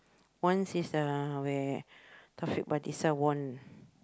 once is the where Taufik-Batisah won